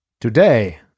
Today